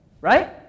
right